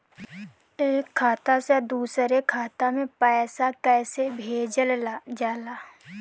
एक खाता से दुसरे खाता मे पैसा कैसे भेजल जाला?